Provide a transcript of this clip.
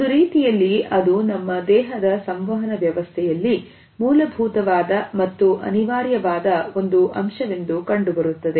ಒಂದು ರೀತಿಯಲ್ಲಿ ಅದು ನಮ್ಮ ದೇಹದ ಸಂವಹನ ವ್ಯವಸ್ಥೆಯಲ್ಲಿ ಮೂಲಭೂತವಾದ ಮತ್ತು ಅನಿವಾರ್ಯವಾದ ಒಂದು ಅಂಶವೆಂದು ಕಂಡುಬರುತ್ತದೆ